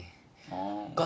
orh